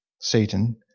Satan